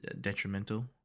detrimental